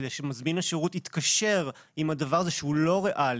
כדי שמזמין השירות יתקשר עם הדבר הזה שהוא לא ריאלי.